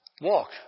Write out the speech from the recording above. Walk